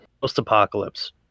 post-apocalypse